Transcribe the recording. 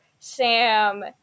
Sam